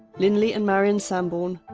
linley and marion sambourne,